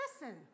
Listen